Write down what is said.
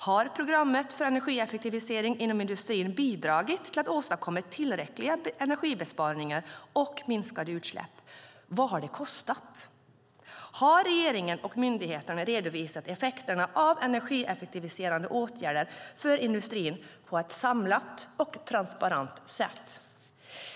Har programmet för energieffektivisering inom industrin bidragit till att åstadkomma tillräckliga energibesparingar och minskade utsläpp? Vad har det kostat? Har regeringen och myndigheterna redovisat effekterna av energieffektiviserande åtgärder för industrin på ett samlat och transparent sätt?